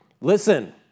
Listen